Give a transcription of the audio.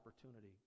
opportunity